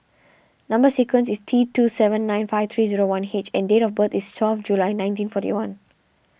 Number Sequence is T two seven nine five three zero one H and date of birth is twelve July nineteen forty one